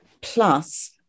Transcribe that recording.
plus